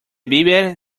vive